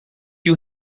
you